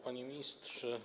Panie Ministrze!